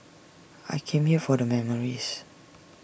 I come here for the memories